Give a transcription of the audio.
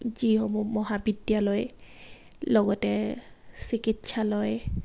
যিসমূহ মহাবিদ্যালয় লগতে চিকিৎসালয়